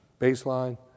Baseline